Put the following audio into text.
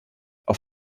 auf